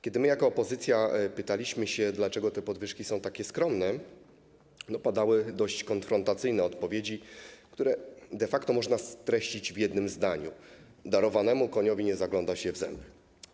Kiedy my jako opozycja pytaliśmy się, dlaczego te podwyżki są takie skromne, padały dość konfrontacyjne odpowiedzi, które de facto można streścić w jednym zdaniu: darowanemu koniowi nie zagląda się w zęby.